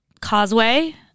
Causeway